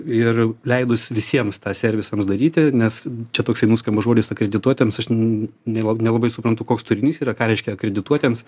ir leidus visiems tą servisams daryti nes čia toksai nuskamba žodis akredituotiems aš n nela nelabai suprantu koks turinys yra ką reiškia akredituotiems